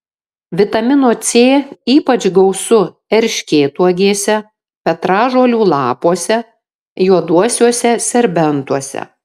vitamino c ypač gausu erškėtuogėse petražolių lapuose juoduosiuose serbentuose